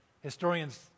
historians